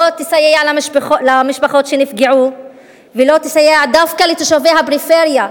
תסייע למשפחות שנפגעו ולא תסייע דווקא לתושבי הפריפריה,